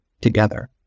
together